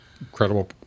incredible